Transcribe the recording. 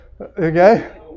Okay